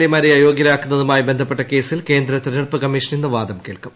A മാരെ അയോഗ്യരാക്കുന്നതുമായി ബന്ധപ്പെട്ട കേസിൽ കേന്ദ്ര തിരഞ്ഞെടുപ്പ് കമ്മീഷൻ ഇന്ന് വാദം കേൾക്കും